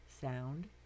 sound